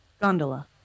Gondola